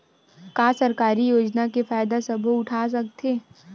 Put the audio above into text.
का सरकारी योजना के फ़ायदा सबो उठा सकथे?